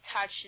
touch